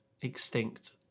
extinct